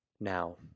Now